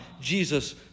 Jesus